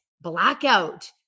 blackout